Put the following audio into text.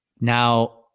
Now